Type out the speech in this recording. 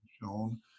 shown